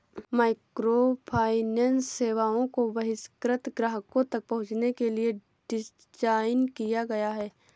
microfinance सेवाओं को बहिष्कृत ग्राहकों तक पहुंचने के लिए डिज़ाइन किया गया है